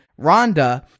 Rhonda